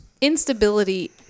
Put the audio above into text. Instability